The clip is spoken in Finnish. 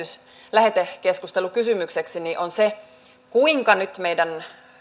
lähetekeskustelukysymykseksi on se kuinka nyt meidän